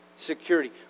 security